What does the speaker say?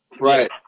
Right